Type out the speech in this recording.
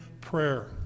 prayer